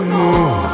more